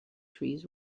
trees